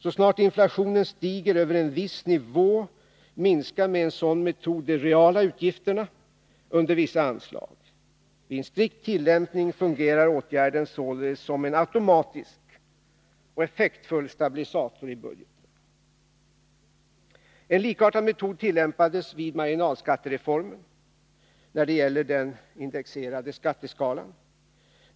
Så snart inflationen stiger över en viss nivå minskar med en sådan metod de reala utgifterna under vissa anslag. Vid en strikt tillämpning fungerar åtgärden således som en automatisk och effektiv stabilisator i budgeten. En likartad metod tillämpades vid marginalskattereformen när det gäller den indexerade skatteskalan.